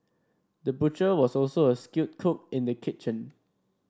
the butcher was also a skilled cook in the kitchen